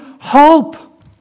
hope